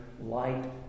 light